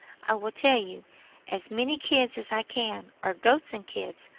i will tell you as many kids as i can, or goats and kids,